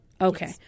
Okay